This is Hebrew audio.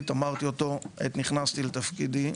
הישראלית, אמרתי אותו עת נכנסתי לתפקידי.